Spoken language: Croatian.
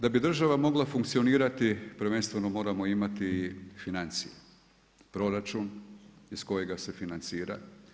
Da bi država mogla funkcionirati prvenstveno moramo imati financije, proračun iz kojega se financira.